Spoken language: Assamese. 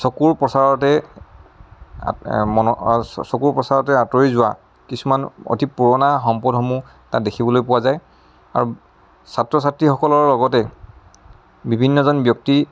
চকুৰ পচাৰতে চকুৰ পচাৰতে আঁতৰি যোৱা কিছুমান অতি পুৰণা সম্পদসমূহ তাত দেখিবলৈ পোৱা যায় আৰু ছাত্ৰ ছাত্ৰীসকলৰ লগতে বিভিন্নজন ব্যক্তি